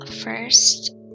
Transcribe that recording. first